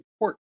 important